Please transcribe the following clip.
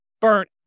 burnt